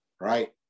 right